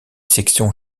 sections